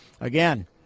again